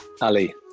Ali